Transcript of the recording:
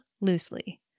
loosely